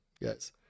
Yes